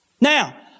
Now